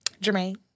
Jermaine